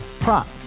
Prop